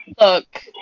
Look